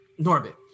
Norbit